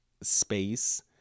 space